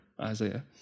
Isaiah